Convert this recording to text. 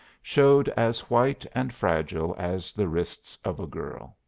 showed as white and fragile as the wrists of a girl.